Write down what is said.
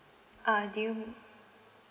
ah do you